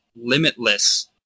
limitless